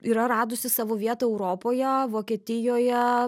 yra radusi savo vietą europoje vokietijoje